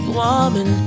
woman